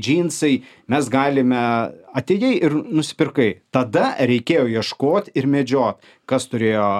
džinsai mes galime atėjai ir nusipirkai tada reikėjo ieškot ir medžio kas turėjo